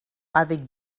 avec